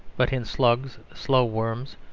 but in slugs, slow-worms,